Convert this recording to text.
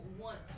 want